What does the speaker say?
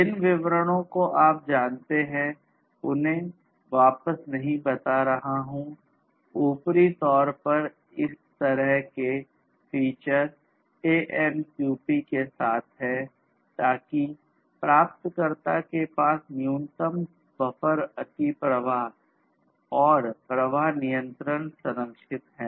जिन विवरणों को आप जानते हैं उन्हें वापस से नहीं बता रहा हूं ऊपरी तौर पर इस तरह के फीचर एएमक्यूपी और प्रवाह नियंत्रण संरक्षित है